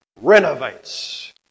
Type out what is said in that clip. renovates